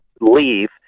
leave